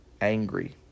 angry